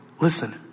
listen